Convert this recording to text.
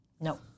No